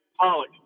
Pollock